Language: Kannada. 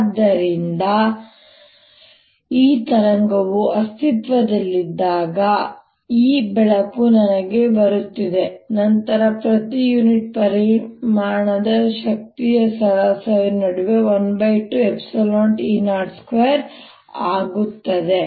ಆದ್ದರಿಂದ ಈ ತರಂಗವು ಅಸ್ತಿತ್ವದಲ್ಲಿದ್ದಾಗ ಉದಾಹರಣೆಗೆ ಈ ಬೆಳಕು ನನಗೆ ಬರುತ್ತಿದೆ ನಂತರ ಪ್ರತಿ ಯುನಿಟ್ ಪರಿಮಾಣದ ಸರಾಸರಿ ಶಕ್ತಿಯ ನಡುವೆ 120E02 ಆಗುತ್ತದೆ